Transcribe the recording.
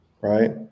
Right